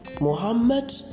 Muhammad